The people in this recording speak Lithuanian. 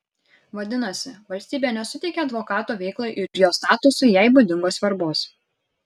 vadinasi valstybė nesuteikia advokato veiklai ir jo statusui jai būdingos svarbos